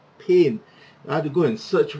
pain I've to go and search